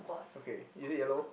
okay is it yellow